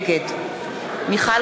נגד מיכל